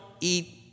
eat